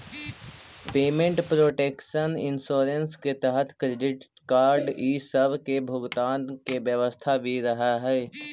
payment protection insurance के तहत credit card इ सब के भुगतान के व्यवस्था भी रहऽ हई